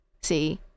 See